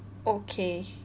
okay